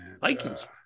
Vikings